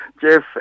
Jeff